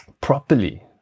properly